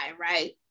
right